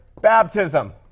baptism